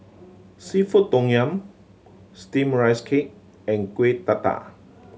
seafood tom yum Steamed Rice Cake and Kuih Dadar